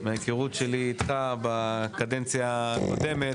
מההיכרות שלי איתך בקדנציה הקודמת